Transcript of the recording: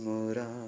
Mura